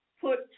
put